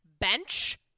bench